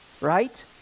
right